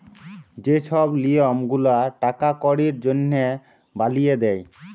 যে ছব লিয়ম গুলা টাকা কড়ির জনহে বালিয়ে দে